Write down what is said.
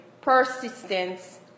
persistence